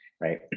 right